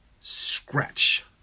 scratch